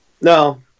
No